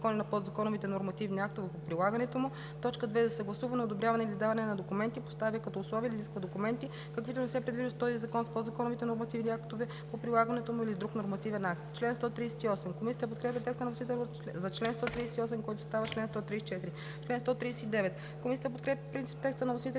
Комисията подкрепя текста на вносителя